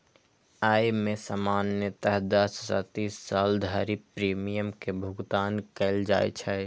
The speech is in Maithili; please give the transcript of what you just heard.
अय मे सामान्यतः दस सं तीस साल धरि प्रीमियम के भुगतान कैल जाइ छै